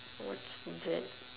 what's that